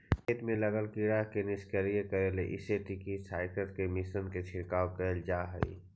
खेत में लगल कीड़ा के निष्क्रिय करे लगी इंसेक्टिसाइट्स् के मिश्रण के छिड़काव कैल जा हई